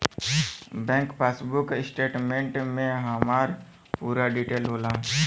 bank passbook statement में हमार पूरा डिटेल होला